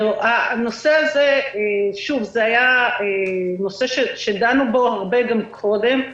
זה היה נושא שדנו בו הרבה גם קודם.